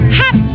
hot